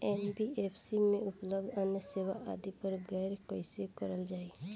NBFC में उपलब्ध अन्य सेवा आदि पर गौर कइसे करल जाइ?